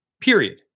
period